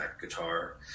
guitar